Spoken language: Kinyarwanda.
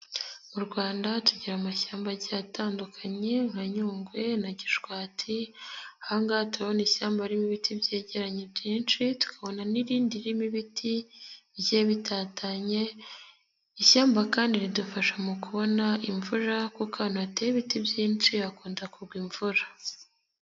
Mu Rwanda tugira amashyamba atandukanye nka Nyungwe na Gishwati, ahangaha tubona ishyamba ririmo ibiti byegeranranye byinshi, tukabona n'irindi ririmo ibiti bigiye bitatanye, ishyamba kandi ridufasha mu kubona imvura kuko hateye ibiti byinshi hakunda kugwa imvura.